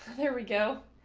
there we go.